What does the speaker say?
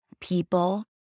people